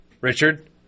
Richard